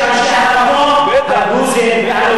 את אנשי המקום הדרוזים והנוצרים והמוסלמים,